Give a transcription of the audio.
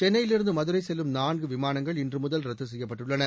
சென்னையிலிருந்து மதுரை செல்லும் நான்கு விமானங்கள் இன்று முதல் ரத்து செய்யப்பட்டுள்ளன